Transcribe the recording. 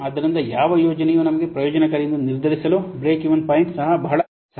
ಆದ್ದರಿಂದ ಯಾವ ಯೋಜನೆಯು ನಮಗೆ ಪ್ರಯೋಜನಕಾರಿ ಎಂದು ನಿರ್ಧರಿಸಲು ಬ್ರೇಕ್ ಈವನ್ ಪಾಯಿಂಟ್ ಸಹ ಬಹಳ ಸಹಾಯಕವಾಗಿದೆ